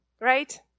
right